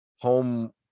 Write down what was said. home